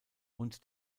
und